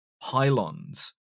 pylons